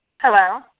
Hello